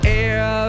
air